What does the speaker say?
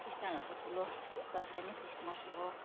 क्रिस्चयनहरूको ठुलो दसैँ नै क्रिसमस हो